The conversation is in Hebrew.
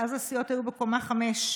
אז הסיעות היו בקומה חמש,